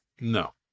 No